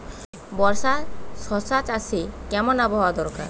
বর্ষার শশা চাষে কেমন আবহাওয়া দরকার?